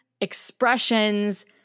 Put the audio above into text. expressions